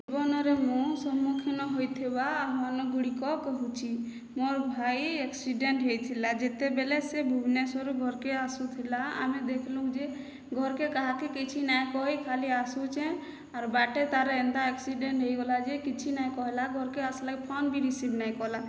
ଜୀବନରେ ମୁଁ ସମ୍ମୁଖୀନ ହୋଇଥିବା ଆହ୍ଵାନ ଗୁଡ଼ିକ କହୁଛି ମୋର୍ ଭାଇ ଆକ୍ସିଡ଼େଣ୍ଟ୍ ହେଇଥିଲା ଯେତେବେଲେ ସେ ଭୁବନେଶ୍ୱରରୁ ଘରକେ ଆସୁଥିଲା ଆମେ ଦେଖଲୁଁ ଯେ ଘରକେ କାହାକେ କିଛି ନାଇଁ କହି ଖାଲି ଆସୁଛେଁ ଆରୁ ବାଟେ ତାର୍ ଏନ୍ତା ଆକ୍ସିଡ଼େଣ୍ଟ୍ ହେଇଗଲା ଯେ କିଛି ନାଇଁ କହେଲା ଘରକେ ଆସଲା କି ଫୋନ୍ ବି ରିସିବ୍ ନେଇଁ କଲା